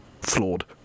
flawed